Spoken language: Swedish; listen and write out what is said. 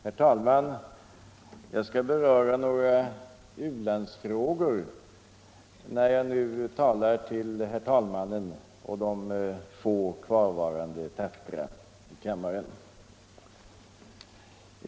Herr talman! Jag skall beröra några u-landsfrågor när jag nu talar till herr talmannen och de få kvarvarande tappra i kammaren.